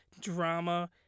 drama